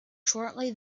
shortly